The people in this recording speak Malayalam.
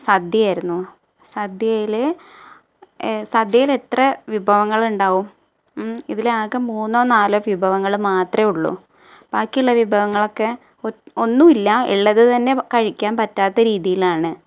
സദ്യയായിരുന്നു സദ്യയിൽ സദ്യയിൽ എത്ര വിഭവങ്ങളുണ്ടാവും ഇതിലാകെ മൂന്നോ നാലോ വിഭവങ്ങൾ മാത്രമേ ഉള്ളൂ ബാക്കിയുള്ള വിഭവങ്ങളൊക്കെ ഒന്നും ഇല്ല ഉള്ളത് തന്നെ കഴിക്കാൻ പറ്റാത്ത രീതിയിലാണ്